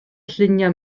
lluniau